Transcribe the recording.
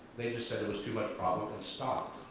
they just said it was too much problem and stopped.